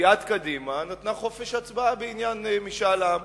סיעת קדימה נתנה חופש הצבעה בעניין משאל עם.